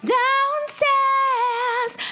downstairs